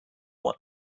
what